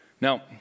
Now